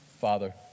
Father